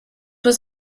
was